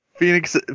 Phoenix